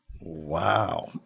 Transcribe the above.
Wow